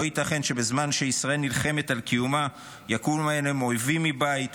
לא ייתכן שבזמן שישראל נלחמת על קיומה יקומו להם אויבים מבית,